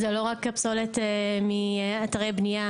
זה לא רק פסולת מאתרי בנייה,